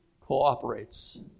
cooperates